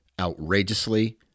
outrageously